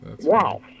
wow